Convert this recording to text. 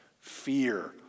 fear